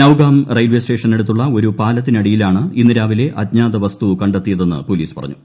Nowgam railway സ്റ്റേഷനടുത്തുള്ള ഒരു പാലത്തിനടിയിലാണ് ഇന്ന് രാവിലെ അജ്ഞാത വസ്തു കണ്ടെത്തിയതെന്ന് പോലീസ് പറഞ്ഞു